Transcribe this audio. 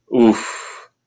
Oof